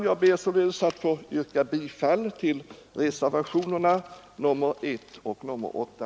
Jag ber sålunda att få yrka bifall till reservationerna 1 och 8.